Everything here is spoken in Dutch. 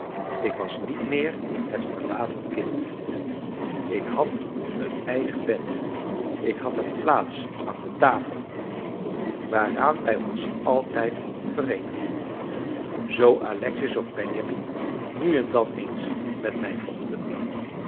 ik was niet meer het verlaten kind ik had een eigen bed ik had een plaats aan de tafel waaraan wij ons altijd vereenigden zoo alexis of benjamin nu en dan eens met mij vochten